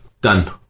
Done